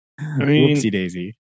Whoopsie-daisy